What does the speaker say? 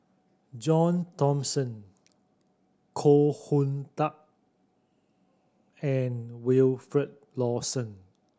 John Thomson Koh Hoon Teck and Wilfed Lawson